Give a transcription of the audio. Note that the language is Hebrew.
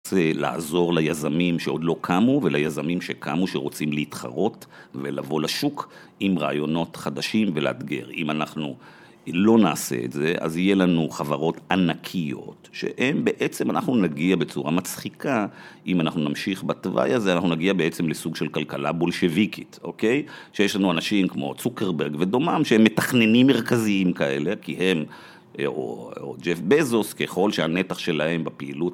אני רוצה לעזור ליזמים שעוד לא קמו וליזמים שקמו שרוצים להתחרות ולבוא לשוק עם רעיונות חדשים ולאתגר. אם אנחנו לא נעשה את זה, אז יהיה לנו חברות ענקיות, שהן בעצם אנחנו נגיע בצורה מצחיקה, אם אנחנו נמשיך בתוואי הזה, אנחנו נגיע בעצם לסוג של כלכלה בולשוויקית, אוקיי? שיש לנו אנשים כמו צוקרברג ודומם, שהם מתכננים מרכזיים כאלה, כי הם או ג'ף בזוס, ככל שהנתח שלהם בפעילות